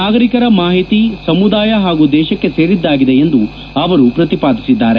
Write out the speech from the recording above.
ನಾಗರಿಕರ ಮಾಹಿತಿ ಸಮುದಾಯ ಹಾಗೂ ದೇಶಕ್ಷೆ ಸೇರಿದ್ದಾಗಿದೆ ಎಂದು ಅವರು ಪ್ರತಿಪಾದಿಸಿದ್ದಾರೆ